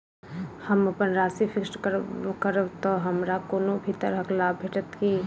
हम अप्पन राशि फिक्स्ड करब तऽ हमरा कोनो भी तरहक लाभ भेटत की?